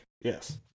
yes